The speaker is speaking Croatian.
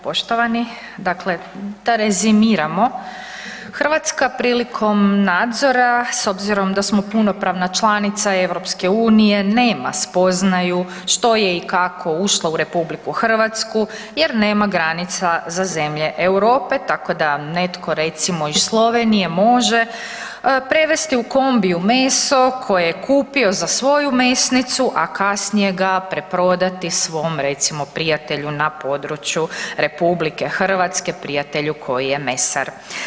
Poštovani, dakle da rezimiramo, Hrvatska prilikom nadzora s obzirom da smo punopravna članica EU nema spoznaju što je i kako ušlo u RH jer nema granica za zemlje Europe, tako da netko recimo iz Slovenije može prevesti u kombiju meso koje je kupio za svoju mesnicu, a kasnije ga preprodati svom recimo prijatelju na području RH, prijatelju koji je mesar.